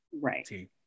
Right